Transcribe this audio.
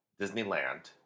Disneyland